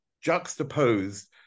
juxtaposed